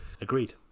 Agreed